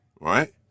right